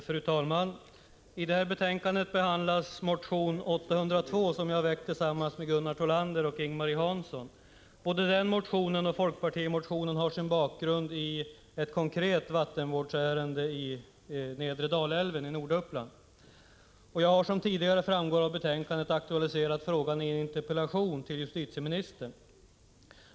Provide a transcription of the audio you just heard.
Fru talman! I det här betänkandet behandlas motion Jo802, som jag har väckt tillsammans med Gunnar Thollander och Ing-Marie Hansson. Både den motionen och folkpartimotionen har sin bakgrund i ett konkret vattenvårdsärende i nedre Dalälven i Norduppland. Jag har — vilket framgår av betänkandet — tidigare aktualiserat frågan i en interpellation till justitieministern.